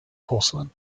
porcelain